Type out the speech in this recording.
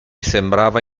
sembrava